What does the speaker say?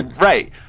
right